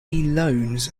loans